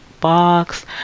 box